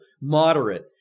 moderate